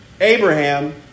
Abraham